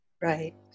right